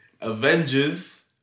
Avengers